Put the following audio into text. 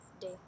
day